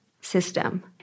system